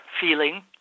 feeling